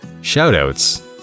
shout-outs